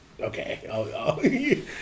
okay